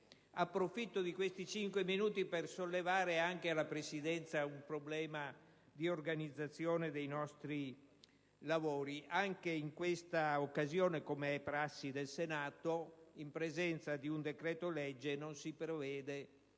approfitto di questi cinque minuti per sollevare alla Presidenza anche un problema di organizzazione dei nostri lavori. Anche in questa occasione, come è prassi del Senato in presenza di un decreto-legge, non si prevede